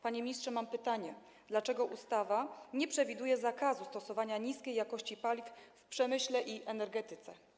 Panie ministrze, mam pytanie: Dlaczego ustawa nie przewiduje zakazu stosowania niskiej jakości paliw w przemyśle i energetyce?